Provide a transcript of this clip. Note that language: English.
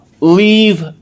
Leave